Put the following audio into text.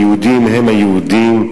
היהודים הם היהודים.